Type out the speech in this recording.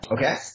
Okay